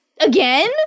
again